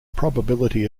probability